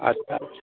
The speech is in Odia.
ଆଚ୍ଛା ଆଚ୍ଛା